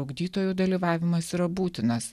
ugdytojų dalyvavimas yra būtinas